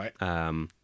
Right